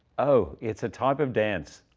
oh, it's a type of dance.